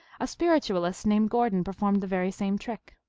a spiritualist named gordon performed the very same trick.